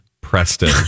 Preston